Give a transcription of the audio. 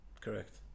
Correct